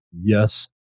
yes